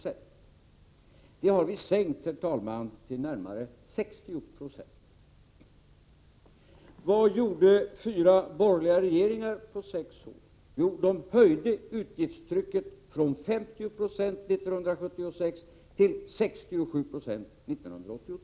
Detta har vi, herr talman, sänkt till närmare 60 9o. Vad gjorde fyra borgerliga regeringar under sex år? Jo, de höjde Prot. 1987/88:108 utgiftstrycket från 50 96 1976 till 67 96 1982.